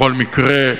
בכל מקרה,